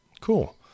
Cool